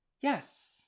Yes